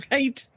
Right